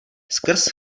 skrz